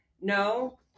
no